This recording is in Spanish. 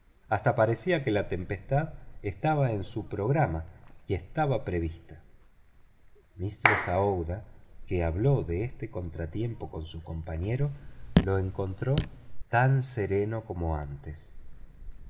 hasta parecía que la tempestad estaba en su programa y estaba prevista mistress aouida que habló de este contratiempo con su compañero lo encontró tan sereno como antes